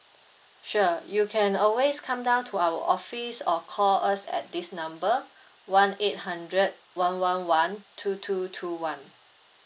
sure you can always come down to our office or call us at this number one eight hundred one one one two two two one